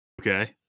okay